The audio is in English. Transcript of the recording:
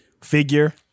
figure